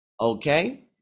okay